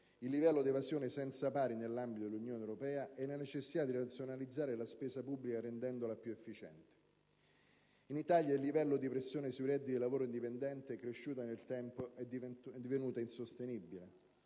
il livello di evasione senza pari nell'ambito dell'Unione europea e la necessità di razionalizzare la spesa pubblica rendendola più efficiente. In Italia il livello di pressione sui redditi da lavoro dipendente, cresciuto nel tempo, è divenuto insostenibile.